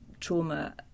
trauma